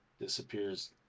disappears